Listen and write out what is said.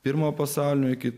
pirmojo pasaulinio iki